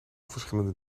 verschillende